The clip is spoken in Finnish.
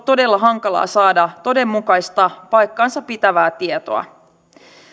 todella hankalaa saada todenmukaista paikkansapitävää tietoa